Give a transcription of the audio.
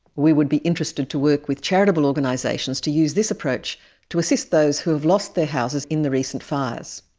we would be interested to work with charitable organisations to use this approach to assist those who have lost their houses in the recent fires.